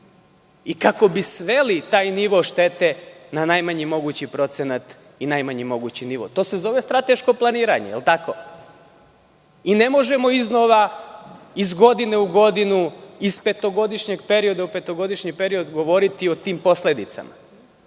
i kako bismo sveli taj nivo štete na najmanji mogući procenat i najmanji mogući nivo. To se zove strateško planiranje. Ne možemo iz godine u godinu, iz petogodišnjeg perioda u petogodišnji period govoriti o tim posledicama.